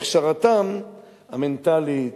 הכשרתם המנטלית,